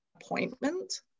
appointment